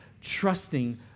trusting